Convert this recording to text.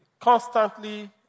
Constantly